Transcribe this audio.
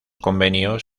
convenios